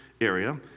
area